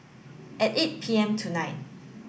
at eight P M tonight